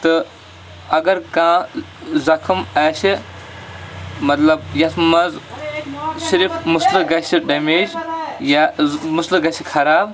تہٕ اگر کانٛہہ زخم آسہِ مطلب یَتھ منٛز صرف مسلہٕ گژھِ ڈیمیج یا مسلہٕ گژھِ خراب